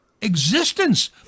existence